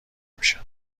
میشن